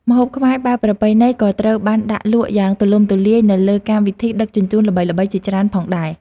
ម្ហូបខ្មែរបែបប្រពៃណីក៏ត្រូវបានដាក់លក់យ៉ាងទូលំទូលាយនៅលើកម្មវិធីដឹកជញ្ជូនល្បីៗជាច្រើនផងដែរ។